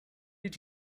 did